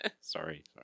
Sorry